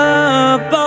up